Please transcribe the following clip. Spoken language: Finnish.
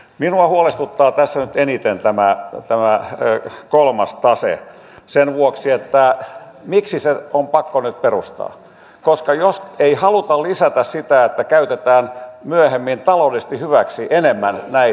minua huolestuttaa tässä nyt eniten tämä kolmas tase sen vuoksi että miksi se on pakko nyt perustaa jos ei haluta lisätä sitä että käytetään myöhemmin enemmän taloudellisesti hyväksi näitä alueita